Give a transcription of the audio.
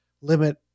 limit